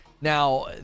Now